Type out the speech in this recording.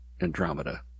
Andromeda